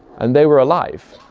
and they were alive.